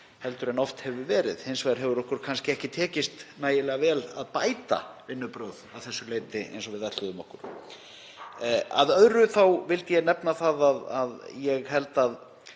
heldur en oft hefur verið. Hins vegar hefur okkur kannski ekki tekist nægilega vel að bæta vinnubrögð að þessu leyti eins og við ætluðum okkur. Að öðru. Ég vildi nefna að ég held að